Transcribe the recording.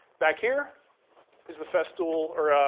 back here is the festool,